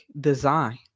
design